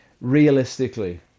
realistically